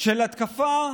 של התקפה,